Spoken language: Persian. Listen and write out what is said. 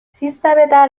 سیزدهبدر